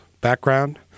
background